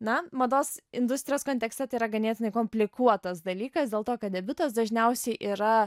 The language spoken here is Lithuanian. na mados industrijos kontekste tai yra ganėtinai komplikuotas dalykas dėl to kad debiutas dažniausiai yra